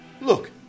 look